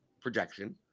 projection